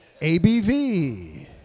ABV